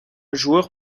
joueur